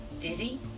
dizzy